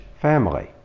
family